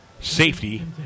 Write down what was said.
safety